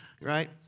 Right